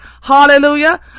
Hallelujah